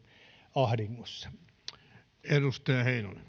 ahdingossa